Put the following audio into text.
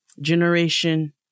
generation